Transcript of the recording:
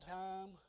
time